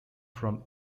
from